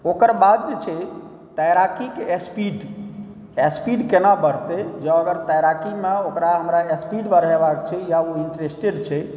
ओकर बाद जे छै तैराकीके स्पीड स्पीड केना बढ़तै जँ अगर तैराकीमे ओकरा हमरा स्पीड बढैबाक छै या ओहिसँ इन्टरेस्टेड छै